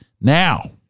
Now